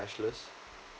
cashless